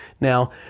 Now